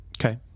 Okay